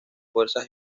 fuerzas